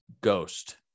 ghost